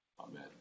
Amen